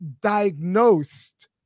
diagnosed